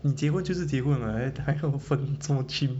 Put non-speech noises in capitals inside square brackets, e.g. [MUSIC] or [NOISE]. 你结婚就是结婚 [what] 还什么 [NOISE] 这么 chim